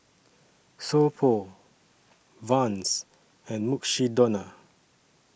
So Pho Vans and Mukshidonna